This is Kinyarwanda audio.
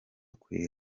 kwe